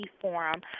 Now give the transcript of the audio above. Forum